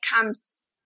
comes